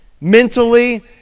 Mentally